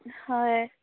হয়